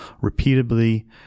repeatedly